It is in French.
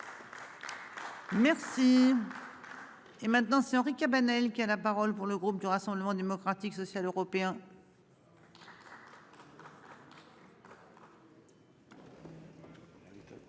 Merci. Et maintenant c'est Henri Cabanel qui a la parole pour le groupe du Rassemblement démocratique social européen.